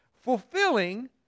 fulfilling